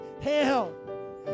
Hell